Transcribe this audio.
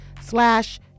slash